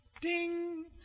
Ding